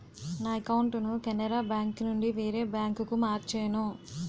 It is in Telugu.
నా అకౌంటును కెనరా బేంకునుండి వేరే బాంకుకు మార్చేను